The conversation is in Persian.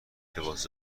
لباس